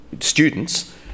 students